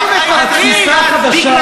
בגללנו מפטרים?